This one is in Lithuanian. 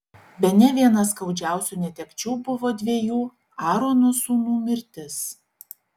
bene viena skaudžiausių netekčių buvo dviejų aarono sūnų mirtis